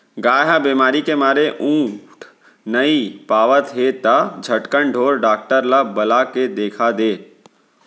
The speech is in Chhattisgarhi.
गाय ह बेमारी के मारे उठ नइ पावत हे त झटकन ढोर डॉक्टर ल बला के देखा दे